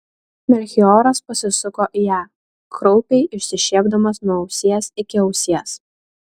melchioras pasisuko į ją kraupiai išsišiepdamas nuo ausies iki ausies